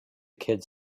kids